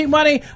Money